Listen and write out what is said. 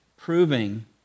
proving